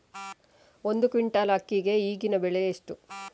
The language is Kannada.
ಒಂದು ಕ್ವಿಂಟಾಲ್ ಅಕ್ಕಿಗೆ ಈಗಿನ ಬೆಲೆ ಎಷ್ಟು?